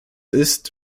ist